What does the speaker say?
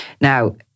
now